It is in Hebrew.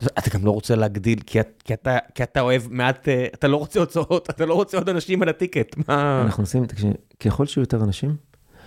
ואתה גם לא רוצה להגדיל, כי אתה כי אתה אתה אוהב מעט, אתה לא רוצה עוד צרות, אתה לא רוצה עוד אנשים על הטיקט, מה? אנחנו עושים את זה, ככל שיהיו יותר אנשים.